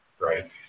right